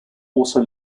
also